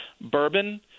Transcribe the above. bourbon